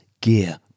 gear